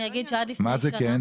מה זה כן?